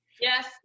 Yes